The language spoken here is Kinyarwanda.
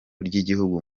ry’igihugu